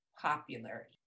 popular